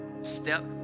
Step